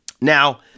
Now